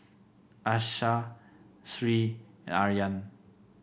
Aishah Sri Aryan